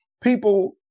people